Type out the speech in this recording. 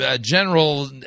General